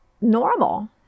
normal